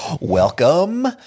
Welcome